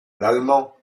l’allemand